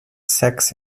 sex